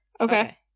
Okay